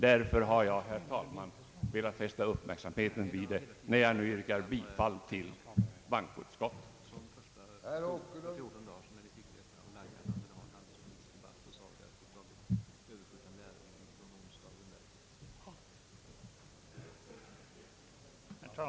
Därför, herr talman, har jag velat fästa uppmärksamheten vid detta när jag nu yrkar bifall till bankoutskottets memorial.